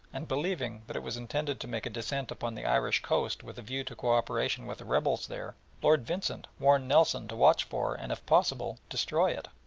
and believing that it was intended to make a descent upon the irish coast with a view to co-operation with the rebels there, lord vincent warned nelson to watch for, and, if possible, destroy it.